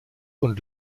und